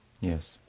Yes